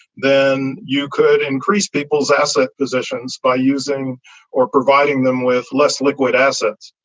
then you could increase people's asset positions by using or providing them with less liquid assets.